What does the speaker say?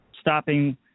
stopping